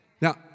Now